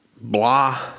blah